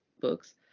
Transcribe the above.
books